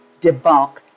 debunk